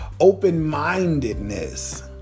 open-mindedness